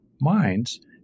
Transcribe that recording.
minds